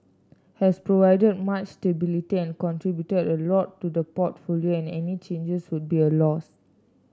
has provided much stability and contributed a lot to the portfolio and any changes would be a loss